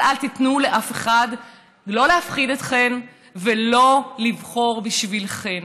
אבל אל תיתנו לאף אחד לא להפחיד אתכן ולא לבחור בשבילכן.